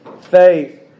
faith